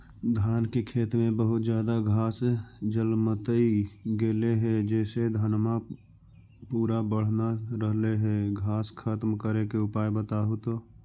धान के खेत में बहुत ज्यादा घास जलमतइ गेले हे जेसे धनबा पुरा बढ़ न रहले हे घास खत्म करें के उपाय बताहु तो?